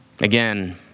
Again